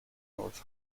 north